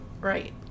Right